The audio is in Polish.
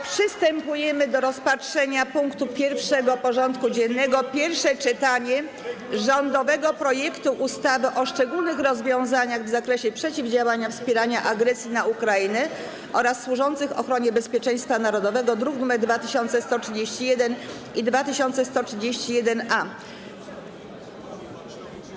Przystępujemy do rozpatrzenia punktu 1. porządku dziennego: Pierwsze czytanie rządowego projektu ustawy o szczególnych rozwiązaniach w zakresie przeciwdziałania wspieraniu agresji na Ukrainę oraz służących ochronie bezpieczeństwa narodowego (druki nr 2131 i 2131-A)